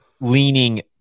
leaning